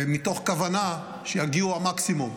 מתוך כוונה שיגיעו המקסימום.